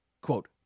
quote